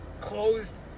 closed